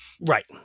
Right